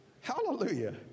Hallelujah